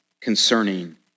concerning